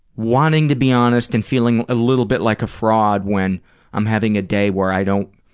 wanting to be honest and feeling a little bit like a fraud when i'm having a day where i don't